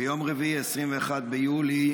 ביום רביעי, 21 ביולי,